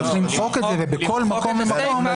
צריך למחוק את זה ובכל מקום ומקום לדון.